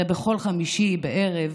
הרי בכל חמישי בערב,